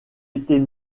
était